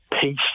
peace